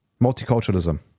multiculturalism